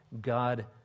God